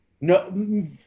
no